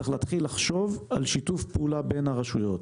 צריך להתחיל לחשוב על שיתוף פעולה בין הרשויות.